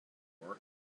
tour